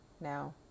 Now